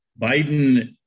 Biden